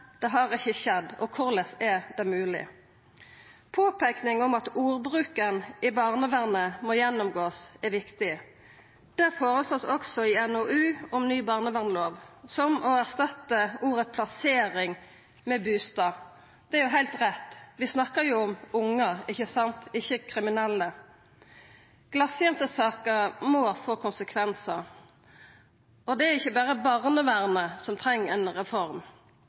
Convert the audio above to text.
det har ikkje skjedd. Korleis er det mogleg? Påpeikinga om at ein må gå gjennom ordbruken i barnevernet, er viktig. Det vert òg føreslått i NOU-en om ny barnevernlov, som å erstatta ordet «plassering» med ordet «bustad». Det er heilt rett. Vi snakkar jo om ungar, ikkje sant? Ikkje kriminelle. «Glasjente»-saka må få konsekvensar, og det er ikkje berre barnevernet som treng ei reform.